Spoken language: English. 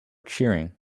cheering